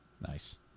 nice